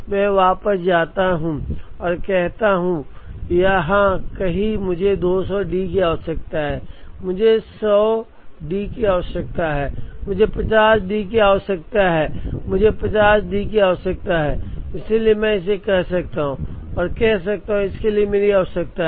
मैं वापस जाता हूं और कहता हूं यहां कहीं मुझे 200 डी की आवश्यकता है मुझे 100 डी की आवश्यकता है मुझे 50 डी की आवश्यकता है और मुझे 50 डी की आवश्यकता है इसलिए मैं इसे कह सकता हूं और कह सकता हूं इसके लिए मेरी आवश्यकता है